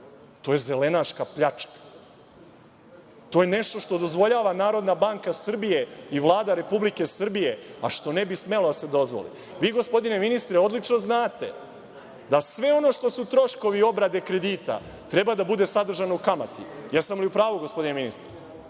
To je zelenaška pljačka. To je nešto što dozvoljava Narodna banka Srbije i Vlada Republike Srbije, a što ne bi smelo da se dozvoli. Vi, gospodine ministre, odlično znate da sve ono što su troškovi obrade kredita treba da bude sadržano u kamati. Jesam li u pravu, gospodine ministre?